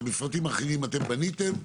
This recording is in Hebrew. את המפרטים האחידים אתם בניתם,